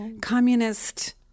communist